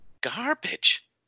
garbage